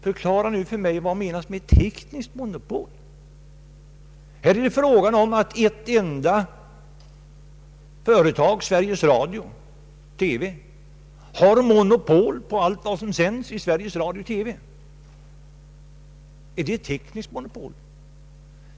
Förklara för mig vad som menas med tekniskt monopol. Här har ett enda företag, Sveriges Radio, monopol på allt som sänds i radio och TV. Är det ett tekniskt monopol?